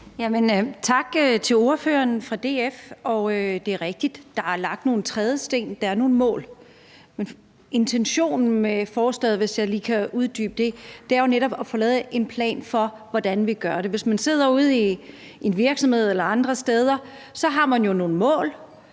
Tak til ordføreren for DF. Det er rigtigt, at der er lagt nogle trædesten, der er nogle mål. Intentionen med forslaget, hvis jeg lige må uddybe det, er netop at få lavet en plan for, hvordan vi gør det. Hvis man sidder ude i en virksomhed eller andre steder, har man jo nogle mål,